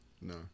No